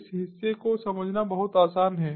इस हिस्से को समझना बहुत आसान है